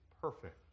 perfect